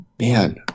Man